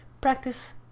practice